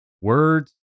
words